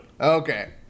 Okay